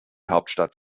hauptstadt